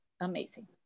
amazing